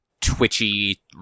twitchy